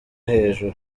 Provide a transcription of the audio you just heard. hejuru